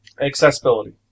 accessibility